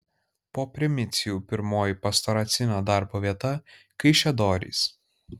po primicijų pirmoji pastoracinio darbo vieta kaišiadorys